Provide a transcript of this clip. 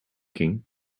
king